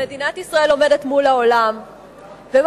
כשמדינת ישראל עומדת מול העולם וממשיכה